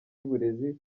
y’uburezi